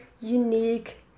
unique